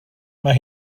mae